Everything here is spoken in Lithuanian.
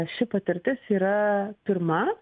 ši patirtis yra pirma